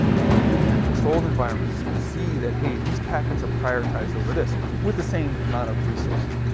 and in a controlled environment. you can you see that, hey, these packets are prioritized over this with the same amount of resources.